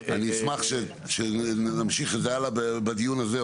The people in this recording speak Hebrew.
אני אשמח שנמשיך את זה בדיון הזה,